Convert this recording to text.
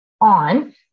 on